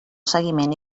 seguiment